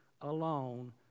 alone